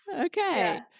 okay